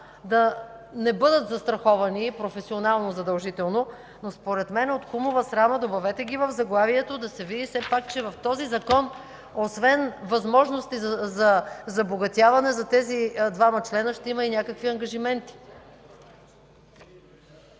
да не бъдат застраховани – професионално задължително, но според мен от кумова срама ги добавете в заглавието. Да се види все пак, че в този Закон освен възможности за забогатяване за тези двама членове, ще има и някакви ангажименти.